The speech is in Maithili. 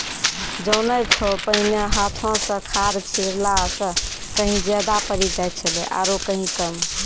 जानै छौ पहिने हाथों स खाद छिड़ला स कहीं ज्यादा पड़ी जाय छेलै आरो कहीं कम